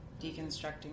deconstructing